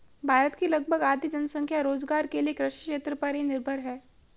भारत की लगभग आधी जनसंख्या रोज़गार के लिये कृषि क्षेत्र पर ही निर्भर है